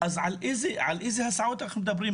אז על איזה הסעות אנחנו מדברים?